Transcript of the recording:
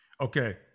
Okay